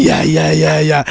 yeah yeah yeah yeah